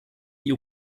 die